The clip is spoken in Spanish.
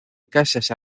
casas